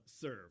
serve